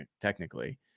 technically